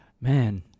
Man